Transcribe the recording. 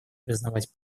признавать